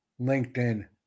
LinkedIn